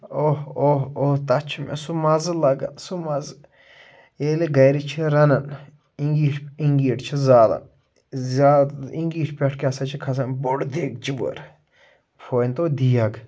اوٚہ اوٚہ اوٚہ تَتھ چھُ مےٚ سُہ مَزٕ لَگان سُہ مَزٕ ییٚلہِ گھرِ چھِ رَنان انگیٖش اِنگیٖٹ چھِ زالان زیادٕ اِنگیٖش پٮ۪ٹھ کیٛاہ سا چھِ کھسان بٔڑ دیٖگچہٕ وٲر مٲنۍ تو دیگ